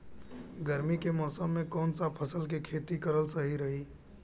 गर्मी के मौषम मे कौन सा फसल के खेती करल सही रही?